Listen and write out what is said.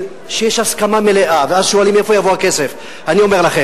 ולכן אני אומר: